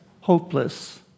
hopeless